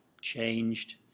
changed